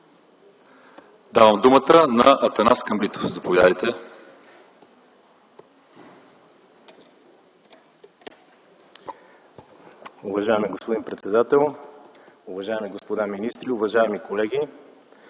давам думата на Атанас Камбитов. Заповядайте.